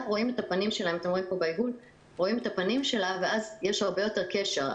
רואים את הפנים שלה אז יש הרבה יותר קשר.